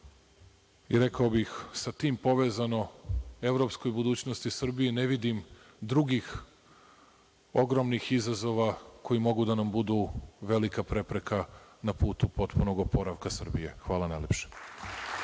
i rekao bih sa tim povezano, evropskoj budućnosti Srbije ne vidim drugih ogromnih izazova koji mogu da nam budu velika prepreka na putu potpunog oporavka Srbije. Hvala najlepše.